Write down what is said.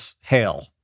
hail